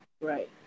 Right